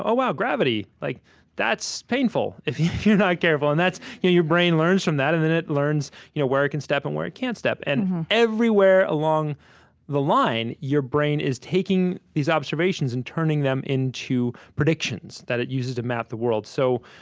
ah wow gravity. like that's painful if if you're not careful. your your brain learns from that, and then it learns you know where it can step and where it can't step. and everywhere along the line, your brain is taking these observations and turning them into predictions that it uses to map the world so,